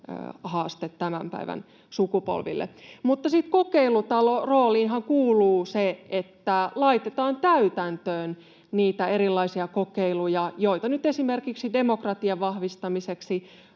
haasteesta tämän päivän sukupolville. Sitten kokeilutalorooliinhan kuuluu se, että laitetaan täytäntöön niitä erilaisia kokeiluja, joita nyt esimerkiksi demokratian vahvistamiseksi